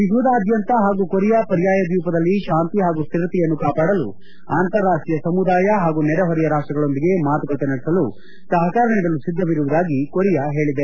ವಿಶ್ವದಾದ್ಯಂತ ಹಾಗೂ ಕೊರಿಯಾ ಪರ್ಯಾಯ ದ್ವೀಪದಲ್ಲಿ ತಾಂತಿ ಹಾಗೂ ಸ್ನಿರತೆಯನ್ನು ಕಾಪಾಡಲು ಅಂತಾರಾಷ್ಷೀಯ ಸಮುದಾಯ ಹಾಗೂ ನೆರೆಹೊರೆಯ ರಾಷ್ಷಗಳೊಂದಿಗೆ ಮಾತುಕತೆ ನಡೆಸಲು ಹಾಗೂ ಸಹಕಾರ ನೀಡಲು ಸಿದ್ದವಿರುವುದಾಗಿ ಕೊರಿಯಾ ಹೇಳಿದೆ